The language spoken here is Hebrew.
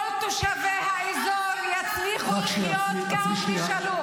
כל תושבי האזור יצליחו לחיות כאן בשלום.